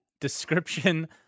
description